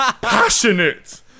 passionate